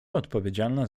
odpowiedzialne